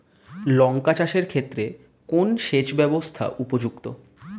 লঙ্কা চাষের ক্ষেত্রে কোন সেচব্যবস্থা উপযুক্ত?